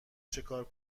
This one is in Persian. چیکار